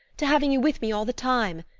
to having you with me all the time,